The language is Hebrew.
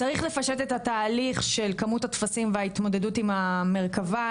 צריך לפשט את התהליך של כמות הטפסים וההתמודדות עם המרכבה,